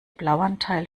blauanteil